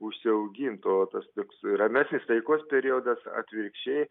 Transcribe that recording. užsiaugint o tas toks ramesnis taikos periodas atvirkščiai